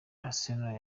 arsenal